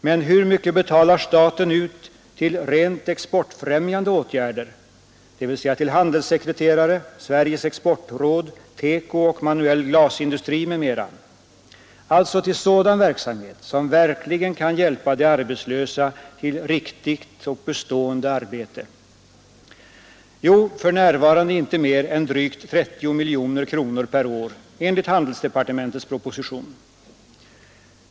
Men hur mycket betalar staten ut till rent exportfrämjande åtgärder, dvs. till handelssekreterare, till Sveriges exportråd, till TEKO-industrin och till den manuella glasindustrin osv., alltså till sådan verksamhet som verkligen kan hjälpa de arbetslösa till riktigt och bestående arbete? Jo, för närvarande betalar staten inte mer än drygt 30 miljoner kronor per år, enligt handelsdepartementets proposition.